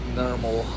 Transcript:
normal